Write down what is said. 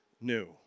new